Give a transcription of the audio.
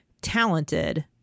talented